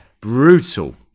Brutal